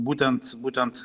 būtent būtent